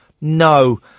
no